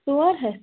ژور ہَتھ